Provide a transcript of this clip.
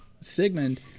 Sigmund